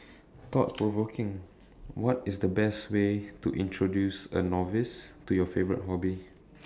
thought provoking what is the best way to introduce a novice to your favourite hobby